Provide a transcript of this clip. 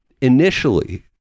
Initially